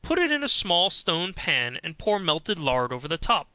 put it in small stone pans, and pour melted lard over the top